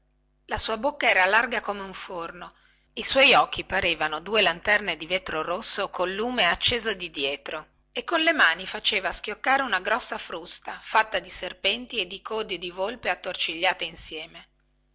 la sua bocca era larga come un forno i suoi occhi parevano due lanterne di vetro rosso col lume acceso di dietro e con le mani faceva schioccare una grossa frusta fatta di serpenti e di code di volpe attorcigliate insieme